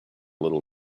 little